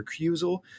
recusal